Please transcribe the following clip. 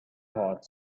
part